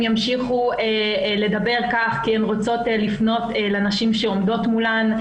ימשיכו לדבר כך כי הן רוצות לפנות לנשים שעומדות מולן.